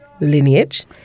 lineage